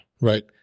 right